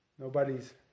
Nobody's